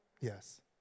Yes